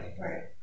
Right